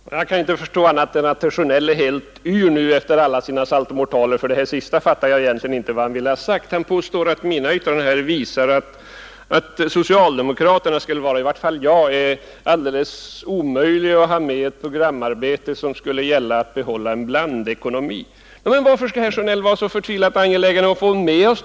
Fru talman! Jag kan inte förstå annat än att herr Sjönell är helt yr nu efter alla sina saltomortaler. Vad han ville ha sagt med det senaste inlägget fattar jag helt enkelt inte. Han påstår att mina yttranden visar att det skulle vara alldeles omöjligt att ha med socialdemokraterna, eller i varje fall mig, i ett programarbete som skulle gälla att behålla en blandekonomi. Men varför skall herr Sjönell vara så förtvivlat angelägen att få med oss?